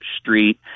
Street